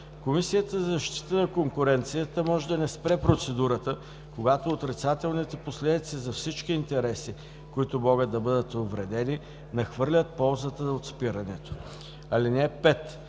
Комисията за защита на конкуренцията може да не спре процедурата, когато отрицателните последици за всички интереси, които могат да бъдат увредени, надхвърлят ползата от спирането. (5)